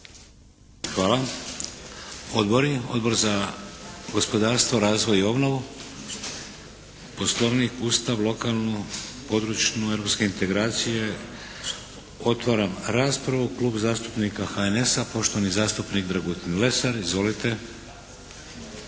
Hvala. Odbori. Odbor za gospodarstvo, razvoj i obnovu, Poslovnik, Ustav, lokalnu, područnu, europske integracije. Otvaram raspravu. Klub zastupnika HNS-a, poštovani zastupnik Dragutin Lesar. Izvolite.